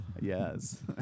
Yes